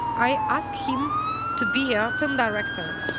i ask him to be a film director.